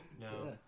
No